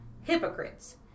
hypocrites